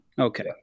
Okay